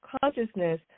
consciousness